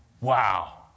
Wow